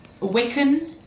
Wiccan